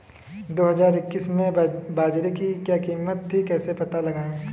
दो हज़ार इक्कीस में बाजरे की क्या कीमत थी कैसे पता लगाएँ?